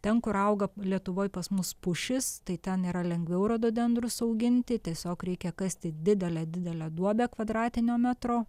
ten kur auga lietuvoj pas mus pušis tai ten yra lengviau rododendrus auginti tiesiog reikia kasti didelę didelę duobę kvadratinio metro